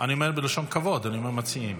אומר בלשון כבוד ואומר "מציעים".